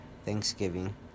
Thanksgiving